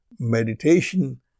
Meditation